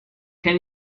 can